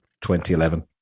2011